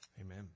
Amen